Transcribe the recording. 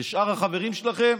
ושאר החברים שלכם,